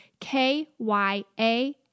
KYA